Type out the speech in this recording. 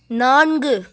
நான்கு